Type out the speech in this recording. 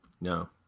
No